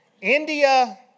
India